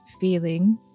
feeling